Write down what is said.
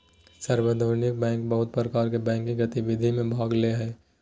सार्वभौमिक बैंक बहुत प्रकार के बैंकिंग गतिविधि में भाग ले हइ